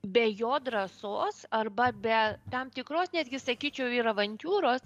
be jo drąsos arba be tam tikros netgi sakyčiau ir avantiūros